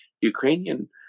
Ukrainian